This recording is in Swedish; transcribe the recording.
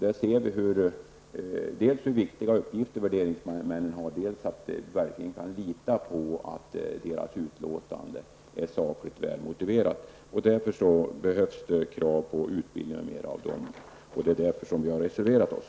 Där ser vi dels hur viktiga uppgifter värderingsmännen har, dels att vi verkligen måste kunna lita på att deras utlåtande är sakligt väl motiverat. Därför behövs det krav på utbildning av dem m.m. Det är därför vi har reserverat oss.